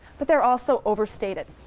but they are also overstated,